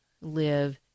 live